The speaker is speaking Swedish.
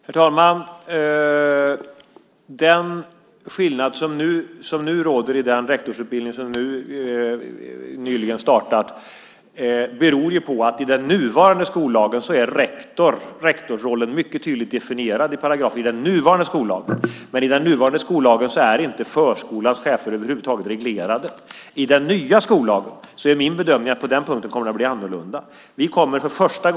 Herr talman! Den skillnad som nu råder i den rektorsutbildning som nyligen startat beror på att rektorsrollen är mycket tydligt definierad i paragrafer i den nuvarande skollagen, men i den nuvarande skollagen är inte förskolans chefer reglerade över huvud taget. I den nya skollagen är min bedömning att det kommer att bli annorlunda på den punkten.